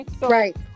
right